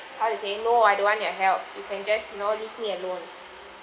how to say no I don't want your help you can just you know leave me alone